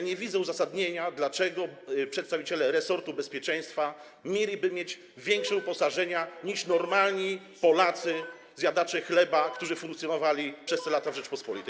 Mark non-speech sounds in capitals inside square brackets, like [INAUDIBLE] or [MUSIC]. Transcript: Nie widzę uzasadnienia, dlaczego przedstawiciele resortu bezpieczeństwa mieliby mieć [NOISE] większe uposażenia niż normalni Polacy, zjadacze chleba, którzy funkcjonowali przez te lata w Rzeczypospolitej.